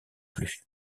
plus